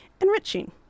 enriching